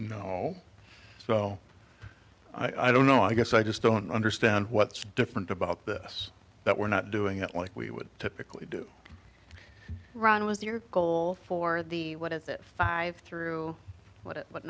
know so i don't know i guess i just don't understand what's different about this that we're not doing it like we would typically do ron was your goal for the what is it five through what it what